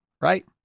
Right